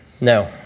No